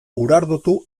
urardotu